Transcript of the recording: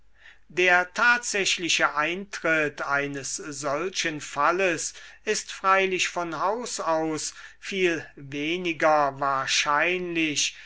der tatsächliche eintritt eines solchen falles ist freilich von haus aus viel weniger wahrscheinlich